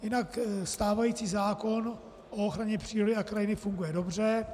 Jinak stávající zákon o ochraně přírody a krajiny funguje dobře.